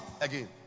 again